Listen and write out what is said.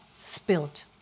spilled